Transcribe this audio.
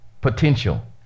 Potential